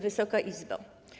Wysoka Izbo!